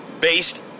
based